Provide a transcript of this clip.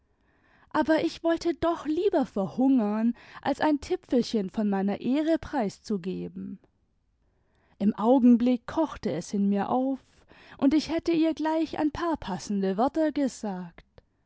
aber ich wollte doch lieber verhungern als ein tipfelchen von meiner ehre preiszugeben im augenblick kochte es in mir auf und ich hätte ihr gleich ein paar passende wörter gesagt